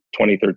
2013